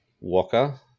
Walker